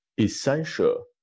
essential